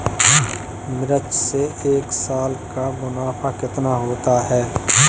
मिर्च से एक साल का मुनाफा कितना होता है?